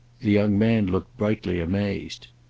the young man looked brightly amazed.